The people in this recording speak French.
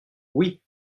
oui